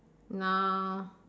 now